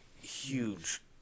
huge